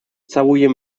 całuje